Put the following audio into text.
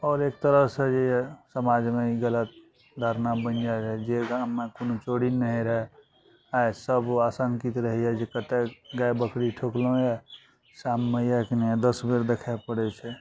आओर एक तरहसँ जे यऽ समाजमे ई गलत धारणा बनि जाइए जे गाममे कोनो चोरी नहि होइ रहय आइ सब ओ आशङ्कित रहइए जे कते गाय बकरी ठोकलौ यऽ शाममे यऽ की नहि दस बेर देखय पड़य छै